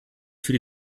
für